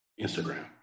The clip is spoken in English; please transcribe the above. Instagram